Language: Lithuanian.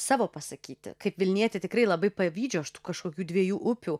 savo pasakyti kaip vilnietė tikrai labai pavydžiu aš tų kažkokių dviejų upių